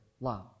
love